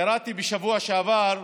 קראתי בשבוע שעבר כתבה.